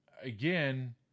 Again